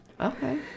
Okay